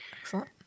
Excellent